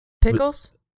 Pickles